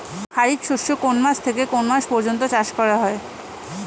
খারিফ শস্য কোন মাস থেকে কোন মাস পর্যন্ত চাষ করা হয়?